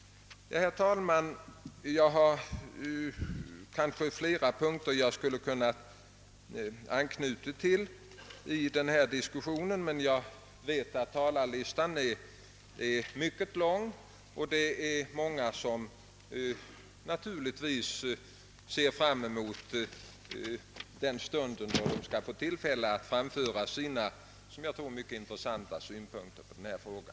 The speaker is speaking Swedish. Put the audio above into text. Det var, herr talman, kanske flera punkter som jag skulle ha kunnat beröra i denna diskussion, men jag vet, att talarlistan är mycket lång och att det är många som naturligtvis ser fram emot den stund, då de skall få tillfälle att anföra som jag tror mycket intressanta synpunkter på denna fråga.